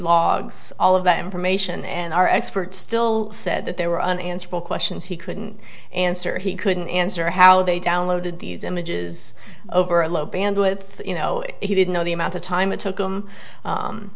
logs all of that information and our experts still said that there were unanswerable questions he couldn't answer he couldn't answer how they downloaded these images over a low bandwidth you know he didn't know the amount of time it took him